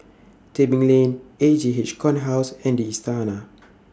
Tebing Lane E J H Corner House and The Istana